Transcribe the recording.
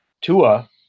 Tua